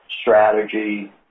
strategy